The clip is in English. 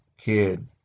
kid